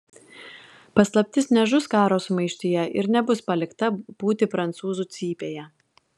paslaptis nežus karo sumaištyje ir nebus palikta pūti prancūzų cypėje